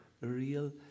real